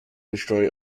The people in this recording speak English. destroy